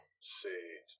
See